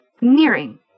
nearing